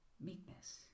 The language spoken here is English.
Meekness